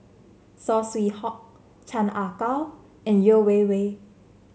Saw Swee Hock Chan Ah Kow and Yeo Wei Wei